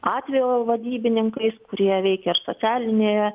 atvejo vadybininkais kurie veikia socialinėje